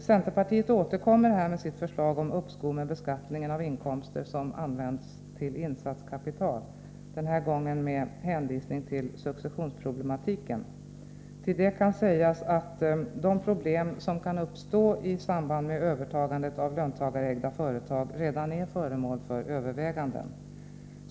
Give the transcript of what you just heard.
Centern återkommer här med sitt förslag om uppskov med beskattningen av inkomster som används till insatskapital, den här gången med hänvisning till successionproblematiken. Det kan sägas att de problem som kan uppstå i samband med övertagandet av löntagarägda företag redan är föremål för överväganden.